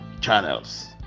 channels